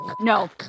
No